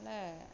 அதனால்